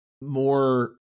more